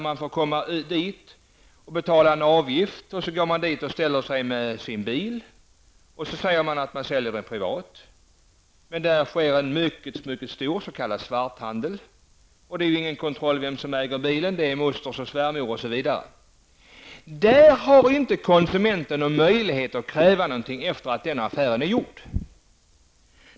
Man får betala en avgift och ställa upp sin bil där. Man säger att man säljer den privat. Där sker dock en mycket stor svarthandel. Det finns ingen kontroll av vem som äger bilen. Det sägs att det är moster, svärmor osv. Konsumenten har ingen rätt att kräva något efter det att affären är gjord.